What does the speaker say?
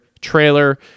trailer